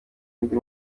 undi